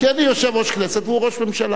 כי אני יושב-ראש כנסת והוא ראש ממשלה.